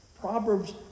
Proverbs